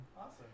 Awesome